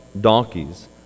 donkeys